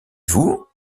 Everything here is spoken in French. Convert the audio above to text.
vous